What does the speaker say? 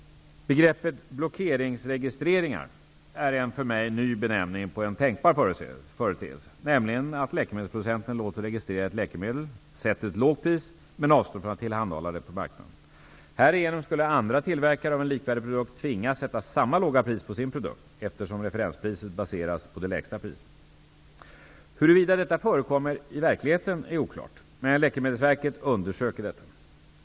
Begreppet blockeringsregistreringar är en för mig ny benämning på en tänkbar företeelse, nämligen att läkemedelsproducenten låter registrera ett läkemedel, sätter ett lågt pris men avstår från att tillhandahålla det på marknaden. Härigenom skulle andra tillverkare av en likvärdig produkt tvingas sätta samma låga pris på sin produkt, eftersom referenspriset baseras på det lägsta priset. Huruvida detta förekommer i verkligheten är oklart, men Läkemedelsverket undersöker detta.